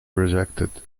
rejected